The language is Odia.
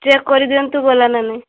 ଚେକ କରିଦିଅନ୍ତୁ ଗଲା ନା ନାଇଁ